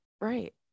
right